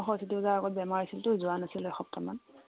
সৰস্বতী পূজাৰ আগত বেমাৰ হৈছিলতো যোৱা নাছিলোঁ এসপ্তাহমান